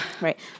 Right